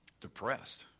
depressed